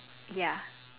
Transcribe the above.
ya